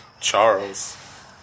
Charles